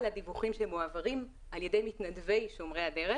הדיווחים שמועברים על ידי מתנדבי שומרי הדרך.